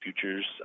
Futures